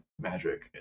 magic